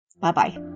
Bye-bye